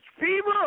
fever